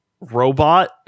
robot